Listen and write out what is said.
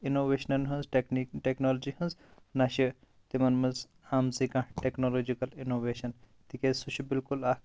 اِنوویشنَن ہٕنٛز technique technology ہٕنٛز نہ چھِ تِمن منٛز آمژٕے کانٛہہ ٹٮ۪کنالوجِکَل اِنوویشٮ۪ن تِکیاز سُہ چھُ بِالکُل اَکھ